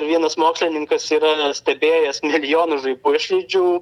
vienas mokslininkas yra stebėjęs milijonus žaibo išlydžių